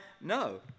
no